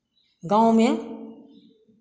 गाँव में